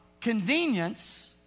convenience